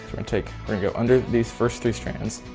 to and take, we're gonna go under these first three strands,